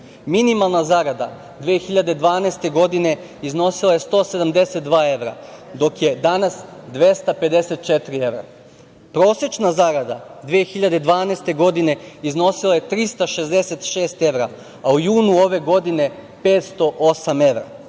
minimalna zarada 2012. godine iznosila je 172 evra, dok je danas 254 evra; prosečna zarada 2012. godine iznosila je 366 evra, a u junu ove godine 508 evra.